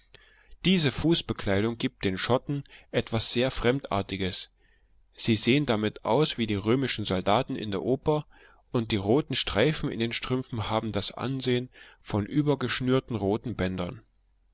diese fußbekleidung gibt den schotten etwas sehr fremdartiges sie sehen damit aus wie die römischen soldaten in der oper und die roten streifen in den strümpfen haben das ansehen von übergeschnürten roten bändern